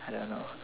I don't know